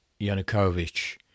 Yanukovych